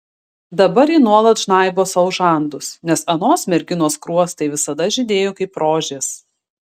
dabar ji nuolat žnaibo sau žandus nes anos merginos skruostai visada žydėjo kaip rožės